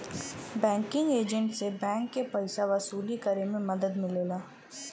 banking agent से bank के पइसा वसूली करे में मदद मिलेला